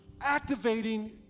activating